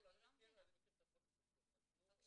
אני לא מבינה -- אני מכיר את הפוליסה טוב.